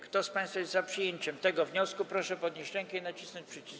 Kto z państwa jest za przyjęciem tego wniosku, proszę podnieść rękę i nacisnąć przycisk.